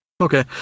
Okay